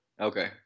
Okay